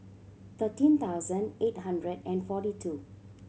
thirteen thousand eight hundred and forty two